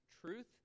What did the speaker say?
truth